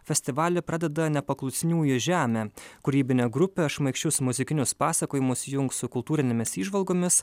festivalį pradeda nepaklusniųjų žemė kūrybinė grupė šmaikščius muzikinius pasakojimus jungs su kultūrinėmis įžvalgomis